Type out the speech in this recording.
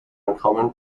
uncommon